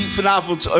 vanavond